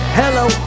hello